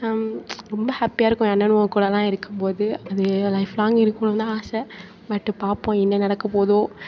ரொம்ப ஹாப்பியாக இருக்கும் என் அண்ணனுவகூடலாம் இருக்கும்போது அது லைப்ஃலாங் இருக்கணும் தான் ஆசை பட்டு பார்ப்போம் என்ன நடக்கபோகுதோ